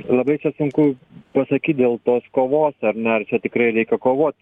labai čia sunku pasakyt dėl tos kovos ar ne ar čia tikrai reikia kovot